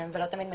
ולא תמיד מדוייק.